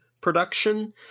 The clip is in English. production